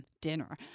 dinner